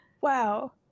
wow